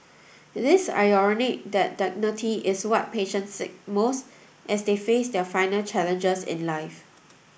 it is ironic that dignity is what patients seek most as they face their final challenges in life